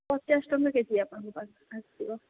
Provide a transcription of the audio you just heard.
ପଚାଶ ଟଙ୍କା K G ଆପଣଙ୍କ ପାଖକୁ ଆସିବ